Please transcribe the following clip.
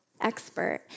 expert